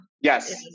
Yes